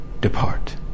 depart